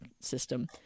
system